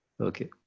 Okay